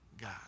God